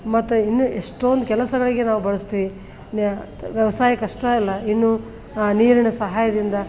ಮತ್ತು ಇನ್ನೂ ಎಷ್ಟೊಂದು ಕೆಲಸಗಳಿಗೆ ನಾವು ಬಳಸ್ತೀವಿ ವ್ಯವಸಾಯಕ್ಕಷ್ಟೇ ಅಲ್ಲ ಇನ್ನೂ ನೀರಿನ ಸಹಾಯದಿಂದ